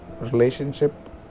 relationship